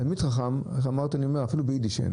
ל"תלמיד חכם" אפילו ביידיש אין,